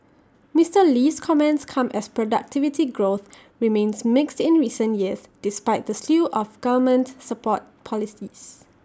Mister Lee's comments come as productivity growth remains mixed in recent years despite the slew of government support policies